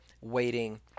waiting